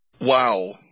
Wow